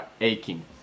aching